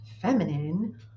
feminine